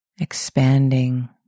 expanding